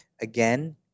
again